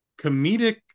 comedic